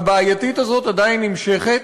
הבעייתית הזאת, עדיין נמשכת.